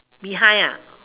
behind ah